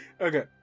Okay